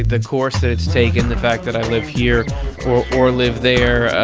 the course that it's taken, the fact that i live here or or live there, ah,